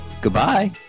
Goodbye